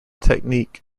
technique